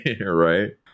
Right